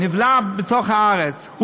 נבלע בתוך הארץ.